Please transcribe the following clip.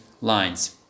lines